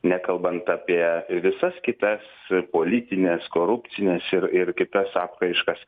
nekalbant apie visas kitas politines korupcines ir ir kitas apraiškas